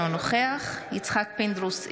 אינו נוכח יצחק פינדרוס,